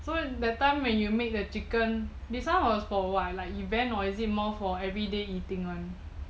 so in that time when you make the chicken this one was for what like event or is it more for everyday eating [one]